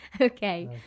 Okay